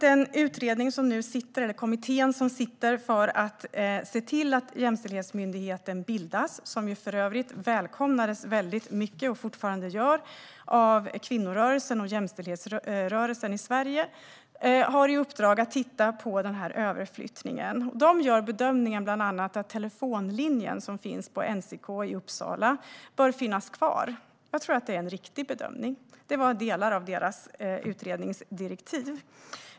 Den kommitté som nu arbetar för att se till att jämställdhetsmyndigheten bildas, som för övrigt välkomnades av kvinnorörelsen och jämställdhetsrörelsen i Sverige, har i uppdrag att titta på överflyttningen. Man gör bland annat bedömningen att den telefonlinje som finns på NCK i Uppsala bör finnas kvar. Jag tycker att det är en riktig bedömning. Det ingick i kommitténs utredningsdirekt.